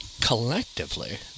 collectively